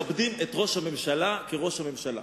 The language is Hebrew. אנחנו מכבדים את ראש הממשלה כראש הממשלה,